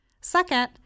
Second